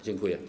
Dziękuję.